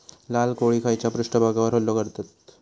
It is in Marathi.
लाल कोळी खैच्या पृष्ठभागावर हल्लो करतत?